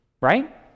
right